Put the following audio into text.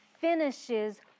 finishes